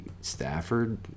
Stafford